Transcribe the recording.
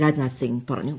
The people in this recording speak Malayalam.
രാജ്നാഥ് സിംഗ് പറഞ്ഞു